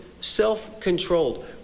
self-controlled